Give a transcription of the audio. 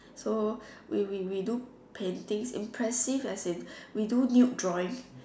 so we we we do painting impressive as in we do nude drawings